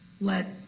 let